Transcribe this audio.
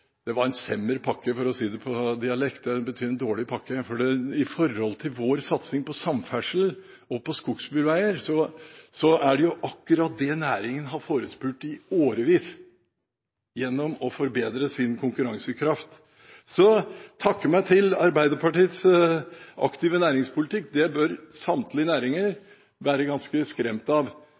med, var en semmer pakke, for å si det på dialekt, det betyr en dårlig pakke, for i forhold til vår satsing på samferdsel og på skogsbilveier er det akkurat det næringen har etterspurt i årevis for å forbedre sin konkurransekraft. Så takke meg til Arbeiderpartiets aktive næringspolitikk, det bør samtlige næringer være ganske skremt av